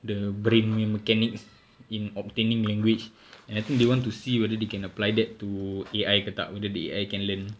the brain punya mechanics in obtaining language and I think they want to see whether they can apply that to A_I ke tak whether the A_I can learn